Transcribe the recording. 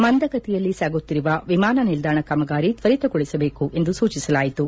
ಮಂದಗತಿಯಲ್ಲಿ ಸಾಗುತ್ತಿರುವ ವಿಮಾನ ನಿಲ್ದಾಣ ಕಾಮಾಗಾರಿ ತ್ವರಿತಗೊಳಿಸಬೇಕು ಎಂದು ಸೂಚಿಸಲಾಯಿತು